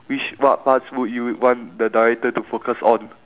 which what parts would you want the director to focus on